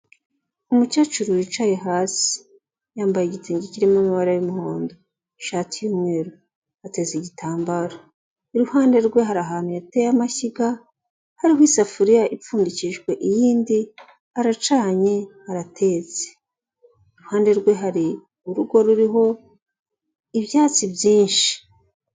Umukecuru wicaye hasi, yambaye igitenge kirimo amabara y'umuhondo, ishati y'umweru, ateze igitambaro, iruhande rwe hari ahantu yateye amashyiga hariho isafuriya ipfundikijwe iyindi, aracanye aratetse, iruhande rwe hari urugo ruriho ibyatsi byinshi.